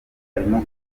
arimo